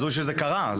הזוי שזה קרה.